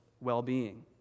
well-being